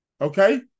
Okay